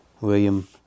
William